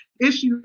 issues